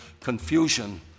confusion